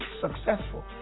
successful